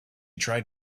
tried